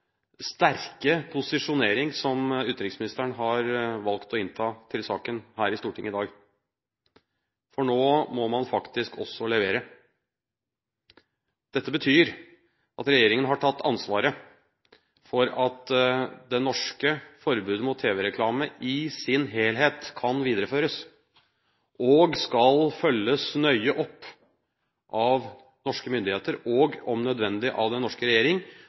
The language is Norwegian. sterke posisjonering som utenriksministeren har valgt å innta til saken her i Stortinget i dag, for nå må man faktisk også levere. Dette betyr at regjeringen har tatt ansvar for at det norske forbudet mot tv-reklame i sin helhet kan videreføres og skal følges nøye opp av norske myndigheter, om nødvendig av den norske regjering,